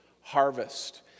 harvest